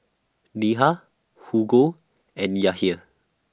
Neha Hugo and Yahir